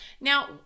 Now